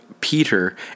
Peter